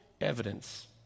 evidence